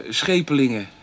schepelingen